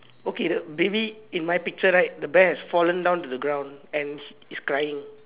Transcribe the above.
okay the baby in my picture right the bear's fallen down to the ground it's crying